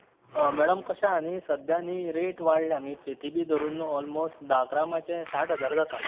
madam कशें आहा न्ही सद्या न्ही रेट वाडला मागीर फेती बी धरून न्ही ऑलमोस्ट धा ग्रामाचें साठ हजार जाता